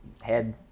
head